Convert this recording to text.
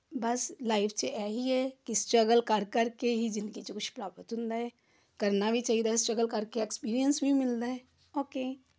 ਬਸ life 'ਚ ਇਹੀ ਹੈ ਕਿਸ ਸਟਰਗਲ ਕਰ ਕਰਕੇ ਹੀ ਜ਼ਿੰਦਗੀ 'ਚ ਕੁਝ ਪ੍ਰਾਪਤ ਹੁੰਦਾ ਹੈ ਕਰਨਾ ਵੀ ਚਾਹੀਦਾ ਸਟਰਗਲ ਕਰਕੇ ਐਕਸਪੀਰੀਅੰਸ ਵੀ ਮਿਲਦਾ ਓਕੇ